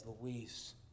Luis